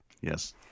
Yes